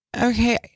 Okay